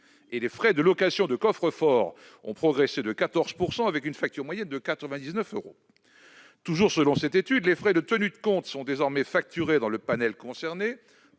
Et les frais de location de coffre-fort ont progressé de 14 %, avec une facture moyenne de 99 euros. Selon cette même étude, les frais de tenue de compte sont désormais facturés, dans le panel concerné,